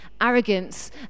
arrogance